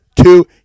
two